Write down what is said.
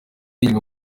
ngingo